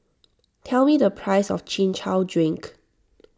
tell me the price of Chin Chow Drink